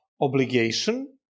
obligation